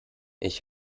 ich